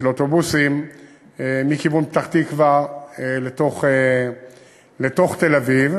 לאוטובוסים מכיוון פתח-תקווה לתוך תל-אביב.